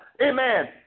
amen